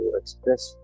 express